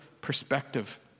perspective